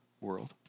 World